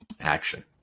Action